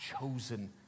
chosen